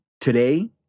today